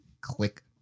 Click